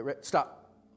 Stop